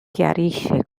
chiarisce